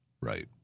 Right